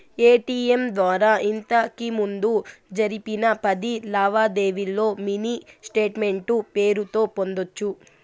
ATM ద్వారా ఇంతకిముందు జరిపిన పది లావాదేవీల్లో మినీ స్టేట్మెంటు పేరుతో పొందొచ్చు